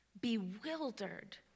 bewildered